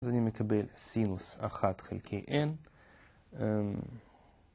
אז אני מקבל סינוס אחת חלקי n.